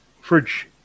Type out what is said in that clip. fridge